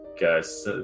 guys